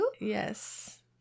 Yes